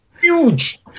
Huge